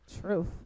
Truth